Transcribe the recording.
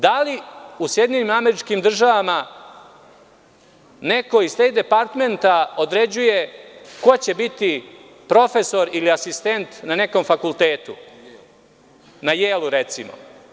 Da li u SAD neko iz Stejt departmenta određuje ko će biti profesor ili asistent na nekom fakultetu, na „Jejlu“ recimo?